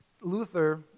Luther